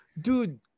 Dude